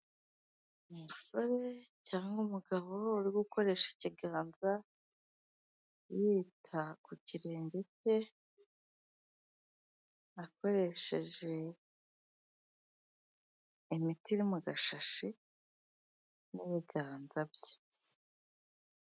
Umusore cyangwa umugabo uri gukoresha ikiganza yita ku kirenge cye, akoresheje imiti iri mu gashashi n'ibiganza bye.